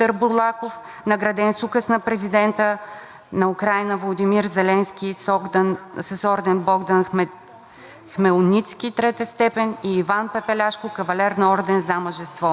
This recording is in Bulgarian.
Хмелницки“ III степен, и Иван Пепеляшко, кавалер на ордена „За мъжество“. Това е нашият отговор и той е категоричен – българите в Украйна заедно с всички други националности се борят за свободата,